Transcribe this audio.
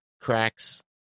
cracks